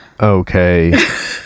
Okay